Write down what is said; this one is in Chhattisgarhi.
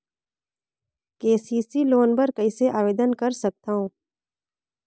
के.सी.सी लोन बर कइसे आवेदन कर सकथव?